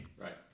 Right